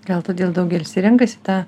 gal todėl daugelis ir renkasi tą